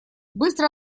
быстро